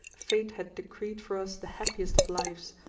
fate had decreed for us the happiest of lives,